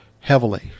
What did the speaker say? heavily